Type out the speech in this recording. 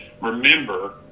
remember